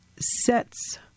sets